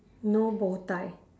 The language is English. no bowtie